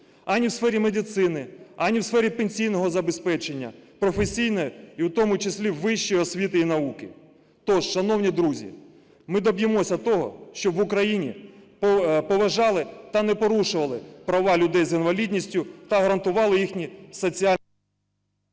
ані в сфері медицини, ані в сфері пенсійного забезпечення, професійної і в тому числі вищої освіти і науки. Тож, шановні друзі, ми доб'ємося того, щоб в Україні поважали та не порушували права людей з інвалідністю та гарантували їхні соціальні…